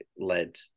led